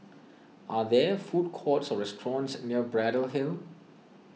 are there food courts or restaurants near Braddell Hill